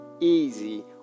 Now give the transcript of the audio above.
easy